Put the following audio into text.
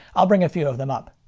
i'll bring a few of them up.